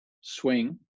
swing